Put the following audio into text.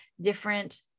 different